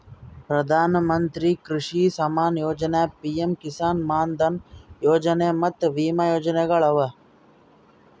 ಪ್ರಧಾನ ಮಂತ್ರಿ ಕೃಷಿ ಸಮ್ಮಾನ ಯೊಜನೆ, ಪಿಎಂ ಕಿಸಾನ್ ಮಾನ್ ಧನ್ ಯೊಜನೆ ಮತ್ತ ವಿಮಾ ಯೋಜನೆಗೊಳ್ ಅವಾ